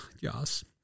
yes